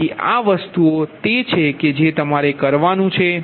તેથી આ વસ્તુઓ છે જે તમારે કરવાનું છે